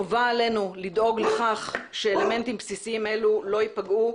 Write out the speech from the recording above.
חובה עלינו לדאוג לכך שאלמנטים בסיסיים אלו לא ייפגעו,